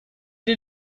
die